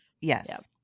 yes